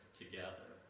together